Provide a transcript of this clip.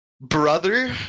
Brother